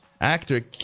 Actor